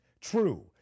true